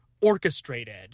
orchestrated